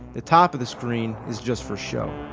the top of the screen, is just for show.